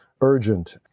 urgent